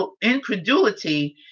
Incredulity